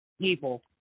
people